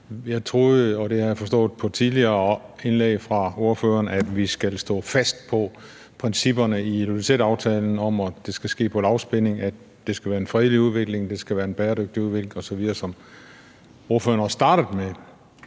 Jeg troede, og det havde jeg forstået på tidligere indlæg fra ordføreren, at vi skulle stå fast på principperne i Ilulissataftalen om, at det skal ske på lavspænding, at det skal være en fredelig udvikling, og at det skal være en bæredygtig udvikling osv., som ordføreren også startede med